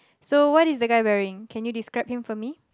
so what is the guy wearing can you describe him for me